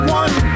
one